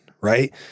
right